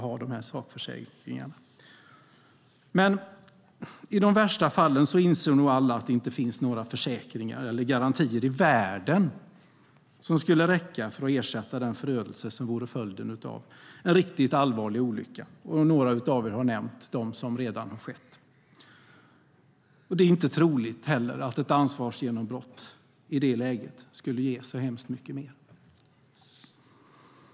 I de värsta av fallen inser nog alla att det inte finns några försäkringar eller garantier i världen som skulle räcka för att ersätta den förödelse som vore följden av en riktigt allvarlig olycka. Några här har nämnt dem som redan har skett. Det är inte heller troligt att ett ansvarsgenombrott i det läget skulle ge så hemskt mycket mer.